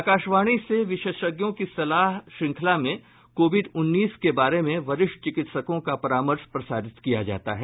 आकाशवाणी से विशेषज्ञों की सलाह श्रंखला में कोविड उन्नीस के बारे में वरिष्ठ चिकित्सकों का परामर्श प्रसारित किया जाता है